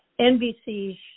NBC